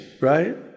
right